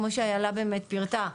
כמו שאיילה באמת פירטה,